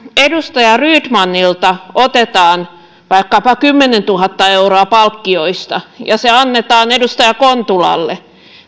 edustaja rydmanilta otetaan vaikkapa kymmenentuhatta euroa palkkiosta ja ne annetaan edustaja kontulalle